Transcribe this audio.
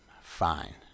Fine